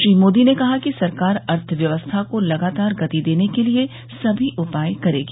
श्री मोदी ने कहा कि सरकार अर्थव्यवस्था को लगातार गति देने के लिए समी उपाय करेगी